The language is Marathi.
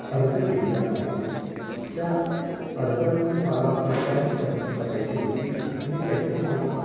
अर्ज केलेला आहे त्या अर्जाची मला पडताळणी करन्या करायची होती आणि त्याचा मला